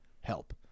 help